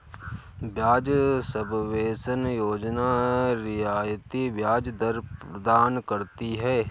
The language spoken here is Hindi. ब्याज सबवेंशन योजना रियायती ब्याज दर प्रदान करती है